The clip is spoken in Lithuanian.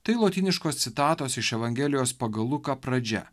tai lotyniškos citatos iš evangelijos pagal luką pradžia